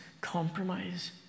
compromise